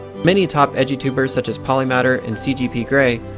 many top edutubers such as polymatter and cgp grey,